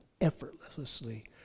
effortlessly